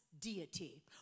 deity